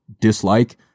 dislike